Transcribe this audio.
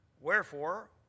Wherefore